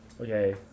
okay